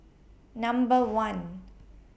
Number one